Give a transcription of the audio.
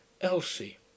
Elsie